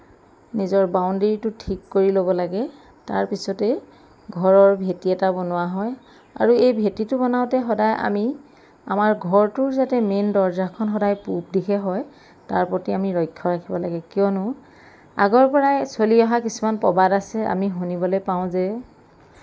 নিজৰ বাউণ্ডেৰীটো ঠিক কৰি ল'ব লাগে তাৰপিছতে ঘৰৰ ভেটী এটা বনোৱা হয় আৰু এই ভেটীটো বনাওঁতে সদায় আমি আমাৰ ঘৰটোৰ যাতে মেইন দৰজাখন সদায় পূৱ দিশে হয় তাৰ প্ৰতি আমি লক্ষ্য ৰাখিব লাগে কিয়নো আগৰ পৰাই চলি অহা কিছুমান প্ৰবাদ আছে আমি শুনিবলৈ পাওঁ যে